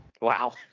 Wow